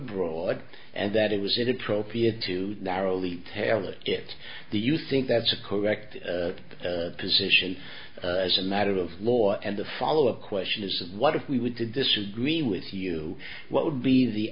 broad and that it was inappropriate to narrowly tailored it d'you think that's a correct position as a matter of law and the follow up question is what if we would to disagree with you what would be the